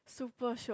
super shiok